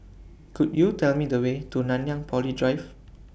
Could YOU Tell Me The Way to Nanyang Poly Drive